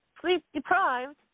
sleep-deprived